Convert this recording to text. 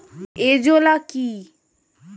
Azolla কি?